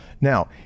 Now